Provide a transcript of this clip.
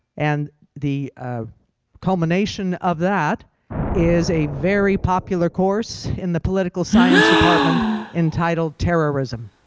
and the culmination of that is a very popular course in the political science department entitled terrorism.